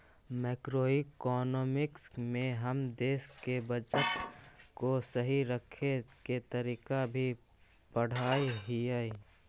macroeconomics में हम देश के बजट को सही रखे के तरीके भी पढ़अ हियई